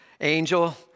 angel